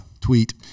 tweet